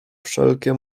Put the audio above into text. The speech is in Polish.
wszelkie